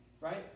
right